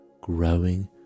growing